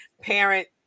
parent